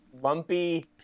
lumpy